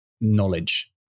knowledge